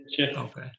Okay